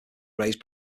raise